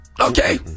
Okay